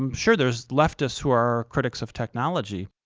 um sure, there's leftists who are critics of technology.